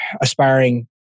aspiring